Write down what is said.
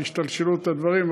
את השתלשלות הדברים,